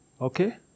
Okay